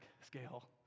scale